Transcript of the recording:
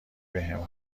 بهم